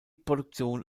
produktion